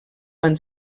van